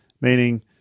meaning